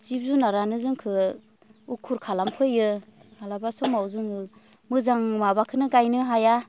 जिब जुनारानो जोंखो उखुर खालामफैयो माब्लाबा समाव जोङो मोजां माबाखोनो गायनो हाया